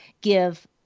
give